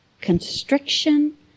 constriction